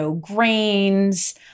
grains